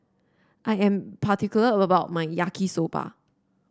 I am particular about my Yaki Soba